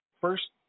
First